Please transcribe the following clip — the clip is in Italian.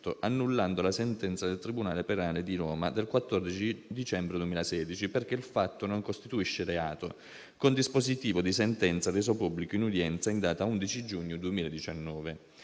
annullando la sentenza del tribunale penale di Roma del 14 dicembre 2016, perché il «fatto non costituisce reato», con dispositivo di sentenza reso pubblico in udienza in data 11 giugno 2019.